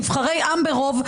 נבחרי עם ברוב,